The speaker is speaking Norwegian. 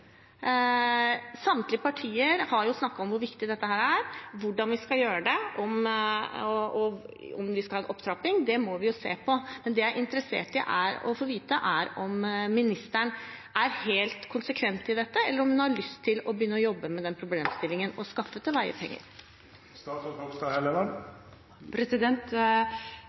Samtlige partier har snakket om hvor viktig dette er, hvordan vi skal gjøre det, og om vi skal ha en opptrapping. Det må vi jo se på. Men det jeg er interessert i å få vite, er om ministeren er helt konsekvent når det gjelder dette, eller om hun har lyst til å begynne å jobbe med denne problemstillingen og